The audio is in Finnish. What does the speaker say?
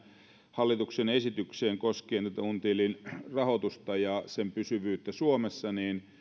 hallituksen esitykseen koskien untilin rahoitusta ja sen pysyvyyttä suomessa